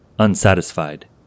Unsatisfied